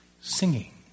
singing